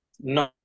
No